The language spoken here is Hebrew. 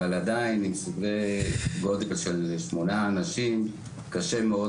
אבל עדיין בסדרי גודל של שמונה אנשים קשה מאוד